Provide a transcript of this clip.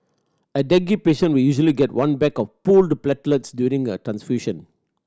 a dengue patient will usually get one bag of pooled platelets during a transfusion